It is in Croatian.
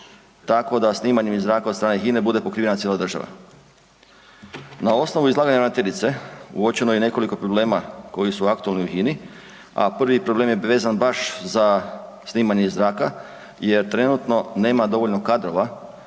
tako da snimanjem iz zraka od strane HINA-e bude pokrivana cijela država. Na osnovu izlaganja ravnateljice, uočeno je nekoliko problema koji su aktualni u HINA-i, a prvi problem je vezan baš za snimanje iz zraka jer trenutno nema dovoljno kadrova